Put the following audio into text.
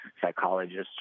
psychologists